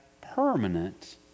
permanent